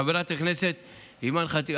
חברת הכנסת אימאן ח'טיב,